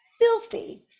filthy